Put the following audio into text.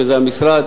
שזה המשרד,